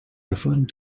preferring